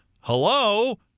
Hello